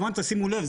כמובן תשימו לב,